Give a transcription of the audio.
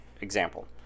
Example